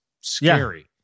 scary